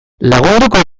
lagunduko